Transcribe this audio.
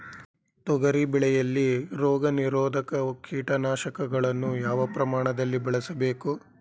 ತೊಗರಿ ಬೆಳೆಯಲ್ಲಿ ರೋಗನಿರೋಧ ಕೀಟನಾಶಕಗಳನ್ನು ಯಾವ ಪ್ರಮಾಣದಲ್ಲಿ ಬಳಸಬೇಕು?